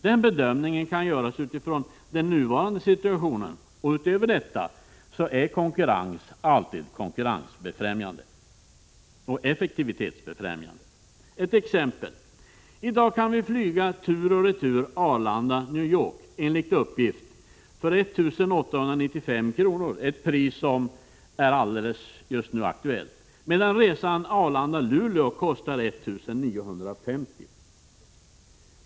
Den bedömningen kan göras med utgångspunkt i nuvarande situation. Därtill kommer att konkurrens alltid är effektivitetsbefrämjande. Låt mig ta ytterligare ett exempel. I dag kan vi enligt uppgift flyga tur och retur Arlanda-New York för 1 895 kr. — detta pris är just nu aktuellt — medan resan Arlanda-Luleå kostar 1 950 kr.